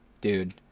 dude